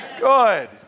Good